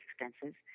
expenses